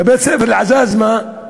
בבית-ספר אל-עזאזמה,